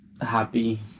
happy